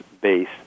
base